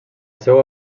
seua